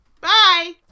Bye